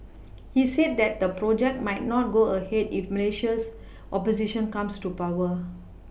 he said that the project might not go ahead if Malaysia's opposition comes to power